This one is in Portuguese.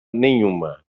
nenhuma